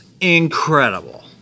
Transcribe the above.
incredible